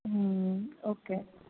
okay